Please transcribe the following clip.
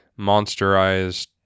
monsterized